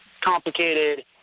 complicated